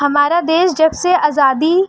ہمارا دیش جب سے آزادی